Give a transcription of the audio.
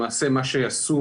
למעשה מה שעשו,